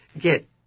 get